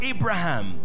Abraham